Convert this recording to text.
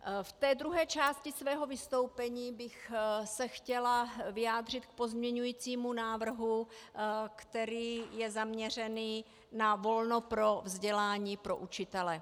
V druhé části svého vystoupení bych se chtěla vyjádřit k pozměňovacímu návrhu, který je zaměřený na volno pro vzdělání pro učitele.